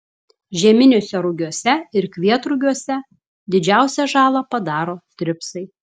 žieminiuose rugiuose ir kvietrugiuose didžiausią žalą padaro tripsai